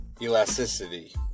Elasticity